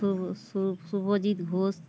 Subhajit Ghosh